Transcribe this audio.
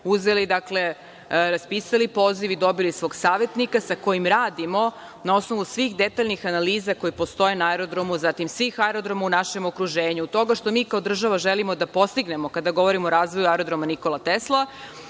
u međuvremenu raspisali poziv i dobili svog savetnika sa kojim radimo, na osnovu svih detaljnih analiza koje postoje na aerodromu, zatim svih aerodroma u našem okruženju, toga što mi kao država želimo da postignemo, kada govorimo o razvoju Aerodroma „Nikola Tesla“